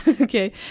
Okay